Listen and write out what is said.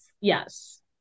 Yes